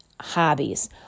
hobbies